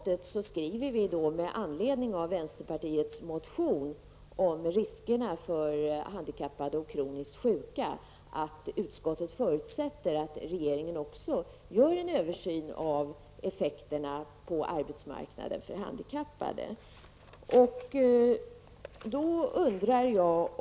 Med anledning av vänsterpartiets motion om riskerna för handikappade och kroniskt sjuka förutsätter utskottet, och det framgår av vår skrivning, att regeringen gör en översyn av effekterna på handikappades möjligheter på arbetsmarknaden.